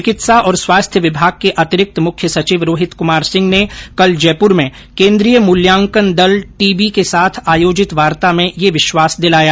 चिकित्सा और स्वास्थ्य विभाग के अतिरिक्त मुख्य सचिव रोहित कुमार सिंह ने कल जयपुर में केंद्रीय मूल्यांकन दल टीबी के साथ आयोजित वार्ता में यह विश्वास दिलाया